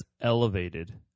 elevated